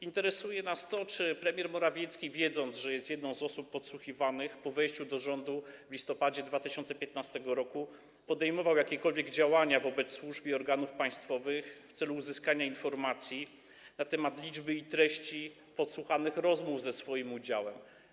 Interesuje nas to, czy premier Morawiecki, wiedząc, że jest jedną z osób podsłuchiwanych, po wejściu do rządu w listopadzie 2015 r. podejmował jakiekolwiek działania wobec służb i organów państwowych w celu uzyskania informacji na temat liczby i treści podsłuchanych rozmów ze swoim udziałem.